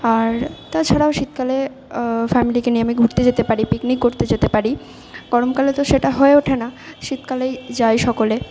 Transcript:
আর তাছাড়াও শীতকালে ফ্যামিলিকে নিয়ে আমি ঘুরতে যেতে পারি পিকনিক করতে যেতে পারি গরমকালে তো সেটা হয়ে ওঠে না শীতকালেই যাই সকলে